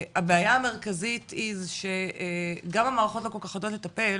הבעיה המרכזית היא שגם המערכות לא כל כך יודעות לטפל,